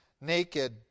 naked